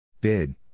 Bid